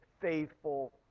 faithful